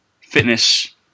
fitness